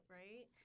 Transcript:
right